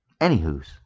Anywho's